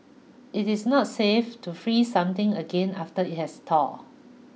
it is not safe to freeze something again after it has thawed